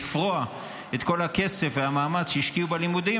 לפרוע את כל הכסף והמאמץ שהשקיעו בלימודים,